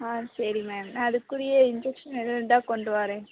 ஆ சரி மேம் நான் அதுக்குரிய இன்ஜெக்ஷன் ஏதும் இருந்தால் கொண்டு வரேன்